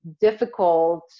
difficult